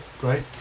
great